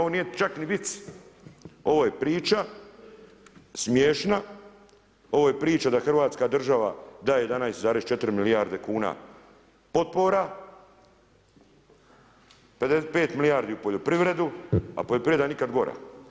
Ovo nije čak ni vic, ovo je priča, smiješna, ovo je priča da hrvatska država daje 11,4 milijarde kuna potpora, 55 milijardi u poljoprivredu, a poljoprivreda nikad gora.